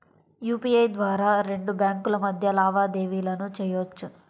UPI ద్వారా రెండు బ్యేంకుల మధ్య లావాదేవీలను చెయ్యొచ్చు